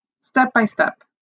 step-by-step